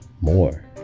More